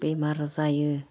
बेमार जायो